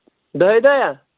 دَہہِ دۄہہِ یا